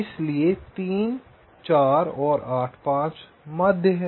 इसलिए 3 4 और 8 5 माध्य है